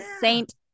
saint